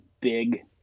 big